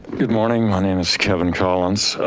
good morning my name is kevin collins.